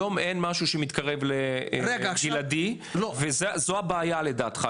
היום אין משהו שמתקרב לגלעדי וזו הבעיה מבחינתך?